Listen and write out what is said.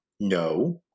No